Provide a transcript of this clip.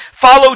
follow